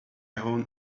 own